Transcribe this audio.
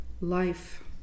life